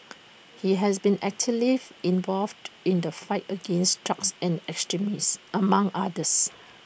he has been actively involved in the fight against drugs and extremism among others